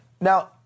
Now